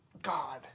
God